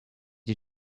you